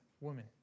woman